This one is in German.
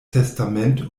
testament